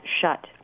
shut